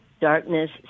Darkness